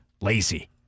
lazy